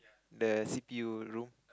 the C_P_U room